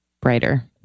brighter